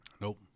Nope